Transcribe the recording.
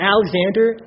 Alexander